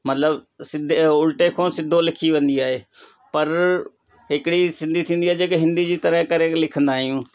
मतिलबु उल्टे खां सिधो लिखी वेंदी आहे पर हिकिड़ी सिंधी थींदी आहे जेके हिंदी जी तरह लिखंदा आहियूं